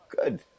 good